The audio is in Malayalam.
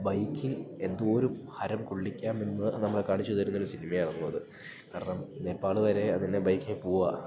ബൈക്കിംഗ് എന്തോരും ഹരം കൊള്ളിക്കാമെന്ന് നമ്മളെ കാണിച്ച് തരുന്ന ഒരു സിനിമയാണ് എന്നുള്ളതും കാരണം നേപ്പാള് വരെ അതിന്നെ ബൈക്കിൽ പോകുക